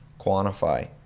quantify